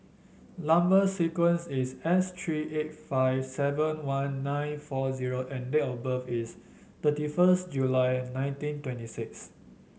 number sequence is S three eight five seven one nine four zero and date of birth is thirty first July nineteen twenty six